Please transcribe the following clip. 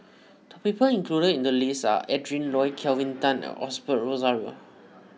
the people included in the list are Adrin Loi Kelvin Tan and Osbert Rozario